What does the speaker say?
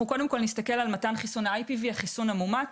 מתן חיסון ה-IPV המאומת,